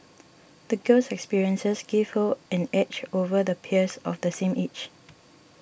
the girl's experiences gave her an edge over the peers of the same age